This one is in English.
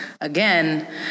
again